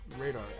radar